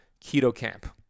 KetoCamp